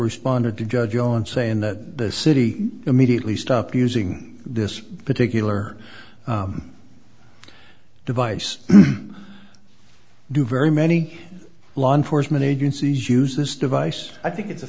responded to judge john saying that the city immediately stop using this particular device do very many law enforcement agencies use this device i think it's a